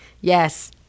Yes